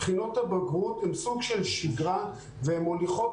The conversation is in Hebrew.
בחינות הבגרות הן סוג של שגרה והן מוליכות